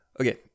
Okay